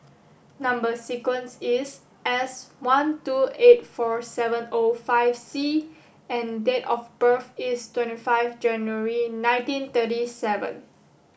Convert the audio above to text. number sequence is S one two eight four seven O five C and date of birth is twenty five January nineteen thirty seven